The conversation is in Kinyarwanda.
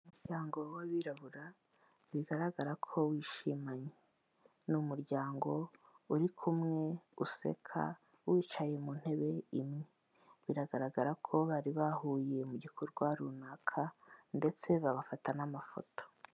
Umuryango w'abirabura bigaragara ko wishimanye, ni umuryango uri kumwe, useka, wicaye mu ntebe imwe, biragaragara ko bari bahuriye mu gikorwa runaka ndetse babafata n'amafoto.